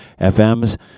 fms